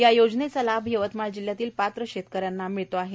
या योजनेचा लाभ यवतमाळ जिल्ह्यातील पात्र शेतक यांना मिळत आहे